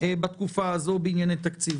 בתקופה הזאת בענייני תקציב.